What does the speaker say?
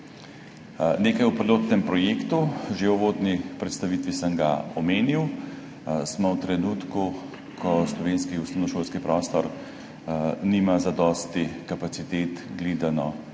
Nekaj o pilotnem projektu, že v uvodni predstavitvi sem ga omenil. Smo v trenutku, ko slovenski osnovnošolski prostor nima zadosti kapacitet gledano